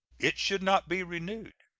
it should not be renewed.